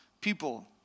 people